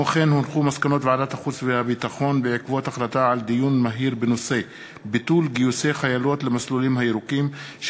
מסקנות ועדת החוץ והביטחון בעקבות דיון מהיר בהצעתן של